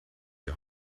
die